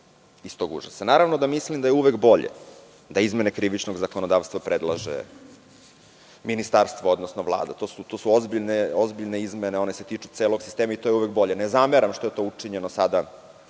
iz tog užasa. Naravno da mislim da je uvek bolje da izmene krivičnog zakonodavstva predlaže ministarstvo, odnosno Vlada. To su ozbiljne izmene, one se tiču celog sistema i to je uvek bolje. Ne zameram što je to učinjeno sada